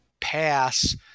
pass